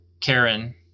Karen